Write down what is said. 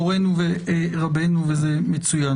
כולנו נולדנו שווים,